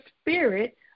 spirit